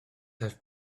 have